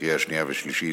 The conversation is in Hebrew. לקריאה שנייה ושלישית,